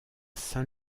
saint